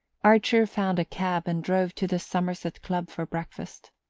archer found a cab and drove to the somerset club for breakfast.